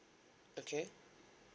okay